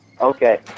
Okay